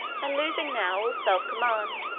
and losing now all self-command,